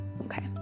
okay